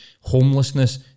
homelessness